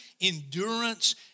endurance